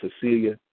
Cecilia